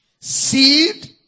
Seed